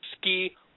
ski